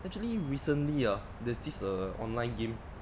actually recently uh there's this err online game